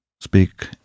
speak